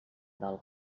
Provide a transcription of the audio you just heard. del